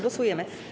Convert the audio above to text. Głosujemy.